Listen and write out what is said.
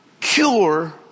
cure